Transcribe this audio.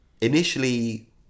Initially